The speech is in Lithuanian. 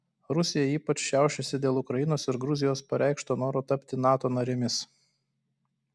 rusija ypač šiaušiasi dėl ukrainos ir gruzijos pareikšto noro tapti nato narėmis